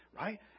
Right